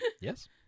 Yes